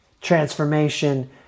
transformation